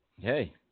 Hey